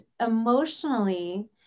emotionally